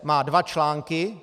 Má dva články.